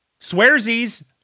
Swearsies